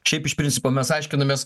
šiaip iš principo mes aiškinomės